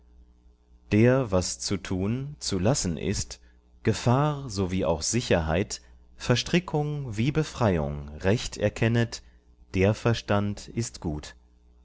der was zu tun zu lassen ist gefahr sowie auch sicherheit verstrickung wie befreiung recht erkennet der verstand ist gut